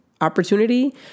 opportunity